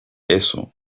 eso